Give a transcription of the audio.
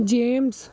james